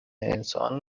انسان